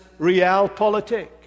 realpolitik